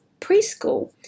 preschool